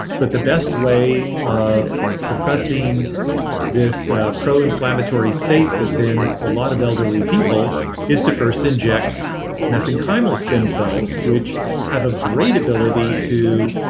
but the best way of suppressing this proinflammatory state that's in a lot of elderly people is to first inject mesenchymal stem cells which have a great ability to